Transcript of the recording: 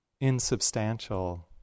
insubstantial